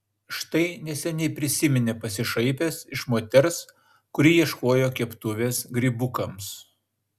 štai neseniai prisiminė pasišaipęs iš moters kuri ieškojo keptuvės grybukams